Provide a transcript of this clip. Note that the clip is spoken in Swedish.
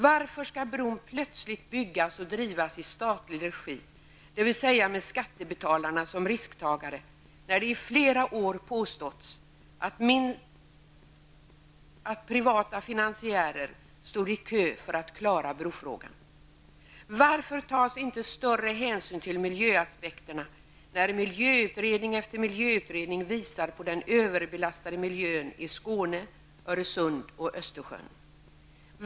Varför skall bron plötsligt byggas och drivas i statlig regi, dvs. med skattebetalarna som risktagare, när det i flera år påståtts att privata finansiärer stod i kö för att klara brofrågan? Varför tas inte större hänsyn till miljösapekterna, när miljöutredning efter miljöutredning visar på den överbelastade miljön i Skåne, Öresund och Östersjön?